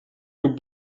your